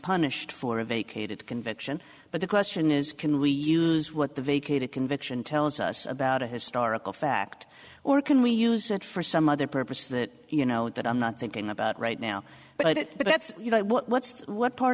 punished for a vacated conviction but the question is can we use what the vacated conviction tells us about a historical fact or can we use it for some other purpose that you know that i'm not thinking about right now but it but that's you know what's what part